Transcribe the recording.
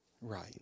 right